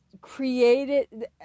created